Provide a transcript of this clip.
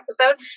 episode